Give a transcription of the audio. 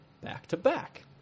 back-to-back